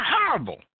horrible